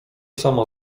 samo